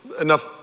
enough